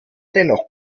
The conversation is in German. dennoch